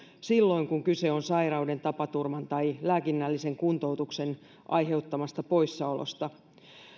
silloin kun kyse on sairauden tapaturman tai lääkinnällisen kuntoutuksen aiheuttamasta poissaolosta